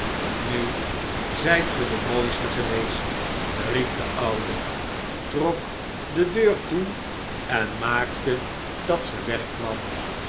nu zijt ge de mooiste geweest riep de oude trok de deur toe en maakte dat ze wegkwam